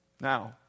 Now